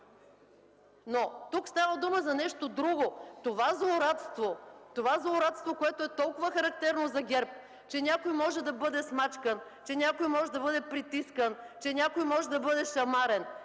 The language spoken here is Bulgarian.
Тук става дума за нещо друго. Това злорадство, което е толкова характерно за ГЕРБ, че някой може да бъде смачкан, че някой може да бъде притискан, че някой може да бъде шамарен